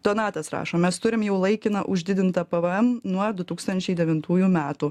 donatas rašo mes turim jau laikiną uždidintą pvm nuo du tūkstančiai devintųjų metų